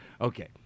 Okay